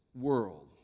world